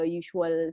usual